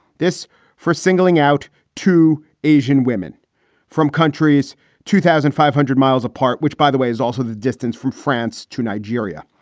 this for singling out two asian women from countries two thousand five hundred miles apart, which, by the way, is also the distance from france to nigeria.